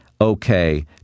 okay